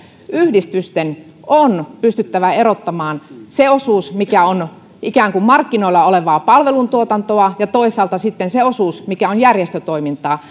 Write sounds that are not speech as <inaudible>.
yhdistysten on pystyttävä erottamaan se osuus mikä on ikään kuin markkinoilla olevaa palveluntuotantoa ja toisaalta sitten se osuus mikä on järjestötoimintaa <unintelligible>